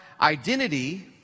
identity